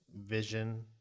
vision